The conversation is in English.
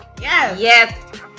Yes